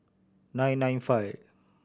nine nine five